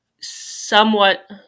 somewhat